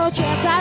chance